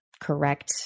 correct